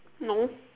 no